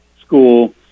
school